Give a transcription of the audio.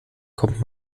kommt